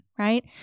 Right